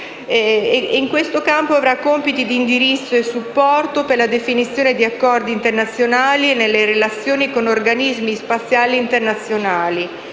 in questo campo avrà compiti di indirizzo e supporto per la definizione di accordi internazionali e nelle relazioni con organismi spaziali internazionali,